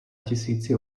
tisíci